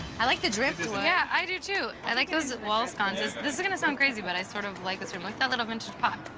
i like the driftwood. yeah, i do, too. i like those wall sconces. this is gonna sound crazy, but i sort of like this room. i like that little vintage pot.